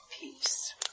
peace